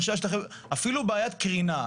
אפילו בעיית קרינה.